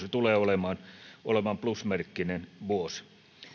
tulee olemaan plus merkkinen vuosi